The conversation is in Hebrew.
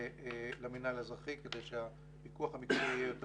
למינהל האזרחי כדי שהפיקוח המקצועי יהיה יותר